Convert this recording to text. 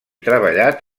treballat